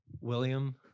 William